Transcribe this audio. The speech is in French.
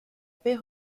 paix